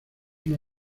una